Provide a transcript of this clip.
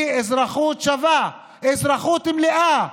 הוא אזרחות שווה, אזרחות מלאה,